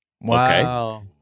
Wow